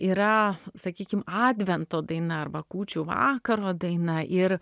yra sakykim advento daina arba kūčių vakaro daina ir